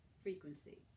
Frequency